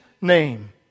name